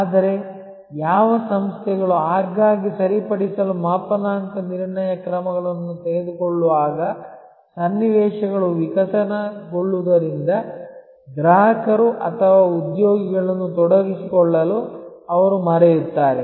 ಆದರೆ ಯಾವ ಸಂಸ್ಥೆಗಳು ಆಗಾಗ್ಗೆ ಸರಿಪಡಿಸಲು ಮಾಪನಾಂಕ ನಿರ್ಣಯ ಕ್ರಮಗಳನ್ನು ತೆಗೆದುಕೊಳ್ಳುವಾಗ ಸನ್ನಿವೇಶಗಳು ವಿಕಸನಗೊಳ್ಳುವುದರಿಂದ ಗ್ರಾಹಕರು ಅಥವಾ ಉದ್ಯೋಗಿಗಳನ್ನು ತೊಡಗಿಸಿಕೊಳ್ಳಲು ಅವರು ಮರೆಯುತ್ತಾರೆ